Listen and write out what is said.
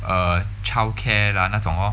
err childcare lah 那种 lor